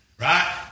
right